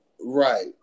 Right